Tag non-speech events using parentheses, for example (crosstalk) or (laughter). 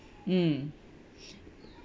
mm (breath)